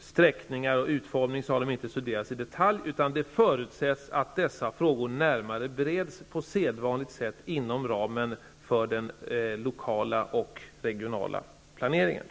sträckningar och utformningar inte har studerats i detalj, utan det förutsätts att dessa frågor närmare bereds på sedvanligt sätt inom ramen för den lokala och regionala planeringen.